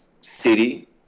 city